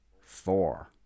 four